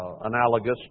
analogous